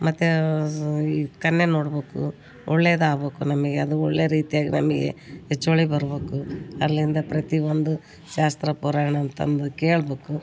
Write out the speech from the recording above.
ಮತ್ತು ಈ ಕನ್ಯೆ ನೋಡ್ಬೇಕು ಒಳ್ಳೇದಾಬೇಕು ನಮಗೆ ಅದು ಒಳ್ಳೆಯ ರೀತಿಯಾಗಿ ನಮಗೆ ಹೆಚ್ಚುವಳಿ ಬರ್ಬೇಕು ಅಲ್ಲಿಂದ ಪ್ರತಿ ಒಂದು ಶಾಸ್ತ್ರ ಪುರಾಣ ಅಂತಂದು ಕೇಳ್ಬೇಕು